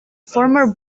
former